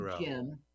Jim